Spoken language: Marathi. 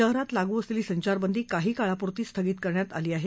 शहरात लागू असलेली संचारबंदी काही काळापूरती स्थगित करण्यात आली आहे